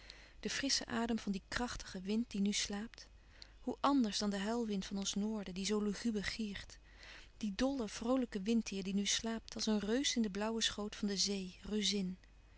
de frissche adem van dien krachtigen wind die nu slaapt hoe anders dan de huilwind van ons noorden die zoo luguber giert die dolle vroolijke wind hier en die nu slaapt als een reus in den blauwen schoot van de zee reuzin